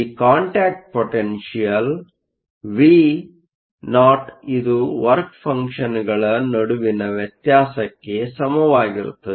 ಈ contact potential V0 ಇದು work ಫಂಕ್ಷನ್ಗಳ ನಡುವಿನ ವ್ಯತ್ಯಾಸಕ್ಕೆ ಸಮವಾಗಿರುತ್ತದೆ